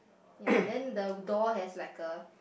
ya then the door has like a